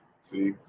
See